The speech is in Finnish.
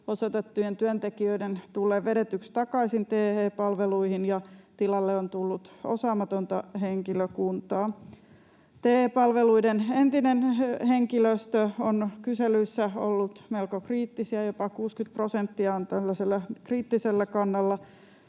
osoitettujen työntekijöiden tulleen vedetyksi takaisin TE-palveluihin ja että tilalle on tullut osaamatonta henkilökuntaa. TE-palveluiden entinen henkilöstö on kyselyissä ollut melko kriittistä — jopa 60 prosenttia on tällaisella kriittisellä kannalla.